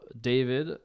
David